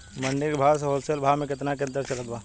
मंडी के भाव से होलसेल भाव मे केतना के अंतर चलत बा?